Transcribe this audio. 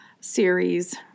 series